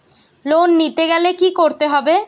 Loan নিতে গেলে কি করতে হবে?